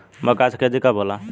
मक्का के खेती कब होला?